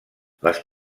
les